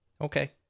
Okay